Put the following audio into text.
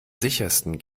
sichersten